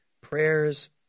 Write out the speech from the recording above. prayers